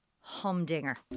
humdinger